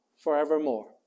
forevermore